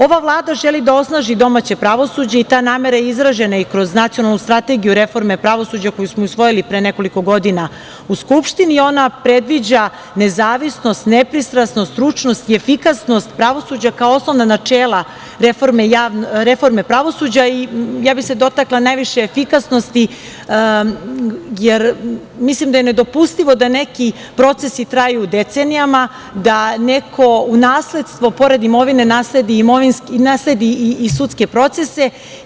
Ova vlada želi da osnaži domaće pravosuđe i ta namera je izražena i kroz Nacionalnu strategiju reforme pravosuđa koju smo i usvojili pre nekoliko godina u Skupštini i ona predviđa nezavisnost, nepristrasnost, stručnost i efikasnost pravosuđa kao osnovna načela, reforme pravosuđa i ja bih se dotakla najviše efikasnosti, jer mislim da je nedopustivo da neki procesi traju decenijama, da neko u nasledstvo pored imovine, nasledi i sudske procese.